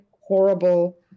horrible